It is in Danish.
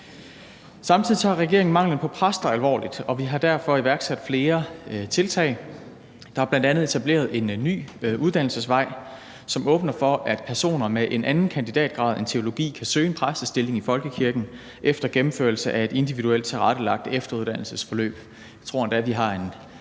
Samtidig tager regeringen manglen på præster alvorligt, og vi har derfor iværksat flere tiltag. Der er bl.a. etableret en ny uddannelsesvej, som åbner for, at personer med en anden kandidatgrad end teologi, kan søge en præstestilling i folkekirken efter gennemførelse af et individuelt tilrettelagt efteruddannelsesforløb. Jeg tror endda, vi har en